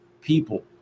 people